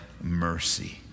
mercy